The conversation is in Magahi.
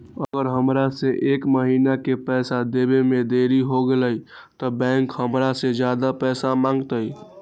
अगर हमरा से एक महीना के पैसा देवे में देरी होगलइ तब बैंक हमरा से ज्यादा पैसा मंगतइ?